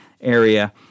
area